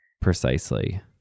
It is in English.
precisely